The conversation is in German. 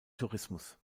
tourismus